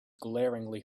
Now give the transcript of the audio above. glaringly